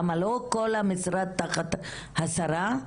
למה לא כל המשרד תחת השרה?